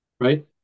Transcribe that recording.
right